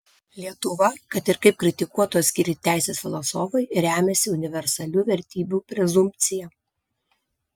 lietuva kad ir kaip kritikuotų atskiri teisės filosofai remiasi universalių vertybių prezumpcija